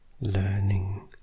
learning